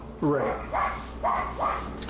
Right